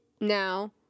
now